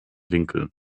winkel